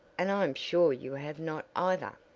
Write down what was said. and i am sure you have not, either.